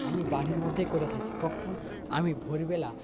আমি বাড়ির মধ্যে করে থাকি কখন আমি ভোরবেলা